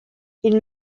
ils